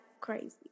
crazy